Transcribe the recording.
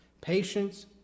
Patience